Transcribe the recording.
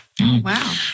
Wow